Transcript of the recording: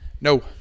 No